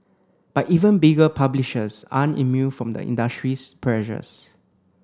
but even bigger publishers aren't immune from the industry's pressures